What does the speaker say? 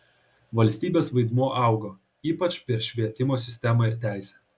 valstybės vaidmuo augo ypač per švietimo sistemą ir teisę